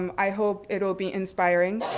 um i hope it will be inspiring,